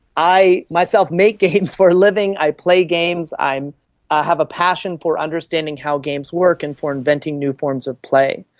i myself make games for a living, i play games, i have a passion for understanding how games work and for inventing new forms of play.